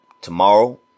tomorrow